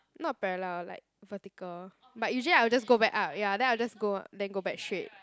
not parallel like vertical but usually I'll just go back up ya then after that I just go then go back straight